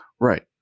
Right